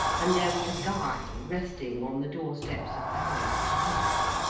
and there was a guy resting on the door-steps of the house to let.